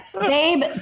Babe